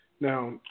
Now